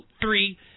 three